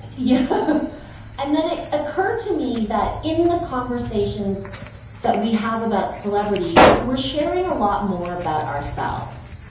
and yeah and then it occurred to me that in the conversations that we have about celebrities, we're sharing a lot more about ourselves.